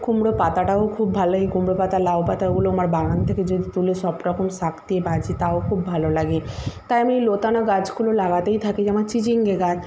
কুমড়ো পাতাটাও খুব ভালো লাগে কুমড়ো পাতা লাউ পাতা ওগুলো আমার বাগান থেকে যদি তুলে সব রকম শাক দিয়ে ভাজি তাও খুব ভালো লাগে তাই আমি লতানো গাছগুলো লাগাতেই থাকি যেমন চিচিঙ্গা গাছ